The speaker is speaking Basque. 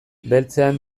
beltzean